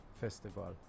festival